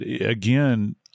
again